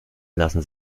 lassen